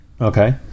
Okay